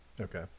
Okay